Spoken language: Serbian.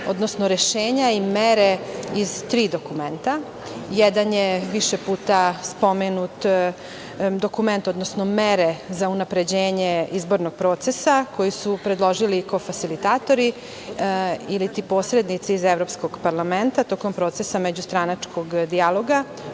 odnosno rešenja i mere iz tri dokumenta. Jedan je više puta spomenut dokument, odnosno mere za unapređenje izbornog procesa, koji su predložili kofasilitatori iliti posrednici iz Evropskog parlamenta tokom procesa međustranačkog dijaloga